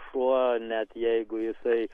šuo net jeigu jisai